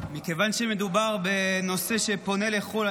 מכיוון שמדובר בנושא שפונה לחו"ל,